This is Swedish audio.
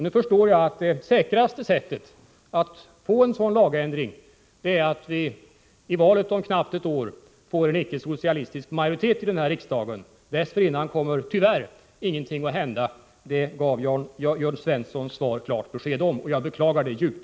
Nu förstår jag att det säkraste sättet att få en sådan lagändring till stånd är att vi vid valet om knappt ett år få en icke-socialistisk majoritet i denna riksdag. Dessförinnan kommer tyvärr ingenting att hända. Det gav Jörn Svenssons svar klart besked om. Jag beklagar det djupt.